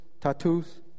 tattoos